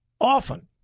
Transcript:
Often